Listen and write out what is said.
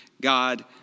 God